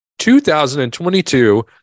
2022